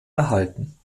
erhalten